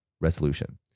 resolution